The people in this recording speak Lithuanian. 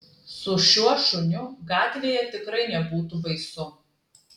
su šiuo šuniu gatvėje tikrai nebūtų baisu